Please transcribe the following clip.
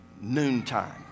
noontime